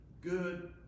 good